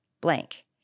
blank